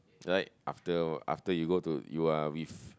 like after after you go to you are with